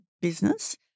business